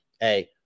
hey